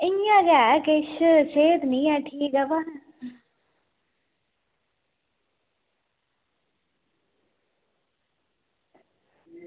इ'यां गै किश सेह्त निं ऐ ठीक बा